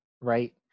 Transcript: right